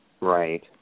Right